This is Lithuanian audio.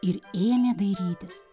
ir ėmė dairytis